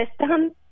system